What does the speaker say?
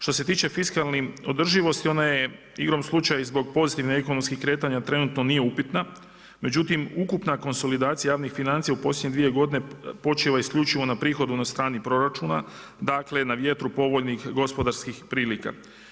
Što se tiče fiskalne održivosti ona je igrom slučaja i zbog pozitivnih ekonomskih kretanja trenutno nije upitna, međutim ukupna konsolidacija javnih financija u posljednje dvije godine počiva isključivo na prihodu na strani proračuna, dakle na vjetru povoljnih gospodarskih prilika.